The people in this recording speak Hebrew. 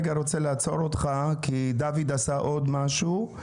דוד עשה עוד משהו.